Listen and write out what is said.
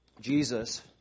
Jesus